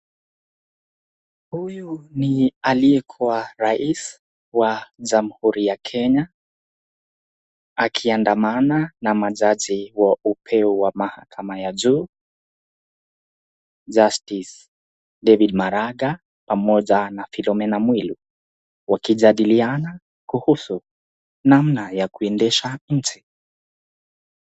Huyu ni aliyekuwa rais wa jamhuri ya Kenya akiandamana na majaji wa upeo wa mahakama ya juu, Justice David Maraga pamoja na Philomena Mwilu wakijadiliana kuhusu namna ya kuendesha nchi.